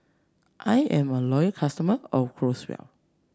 I am a loyal customer of Growell